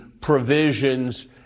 provisions